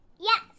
Yes